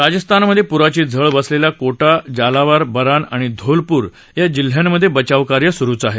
राजस्थानमध्ये प्राची झळ बसलेल्या कोटा जालावर बरान आणि धोलपूर या जिल्ह्यांमध्ये बचावकार्य स्रूच आहे